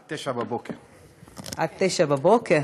עד 09:00. עד 09:00?